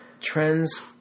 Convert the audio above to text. trends